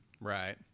Right